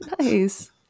nice